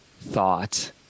thought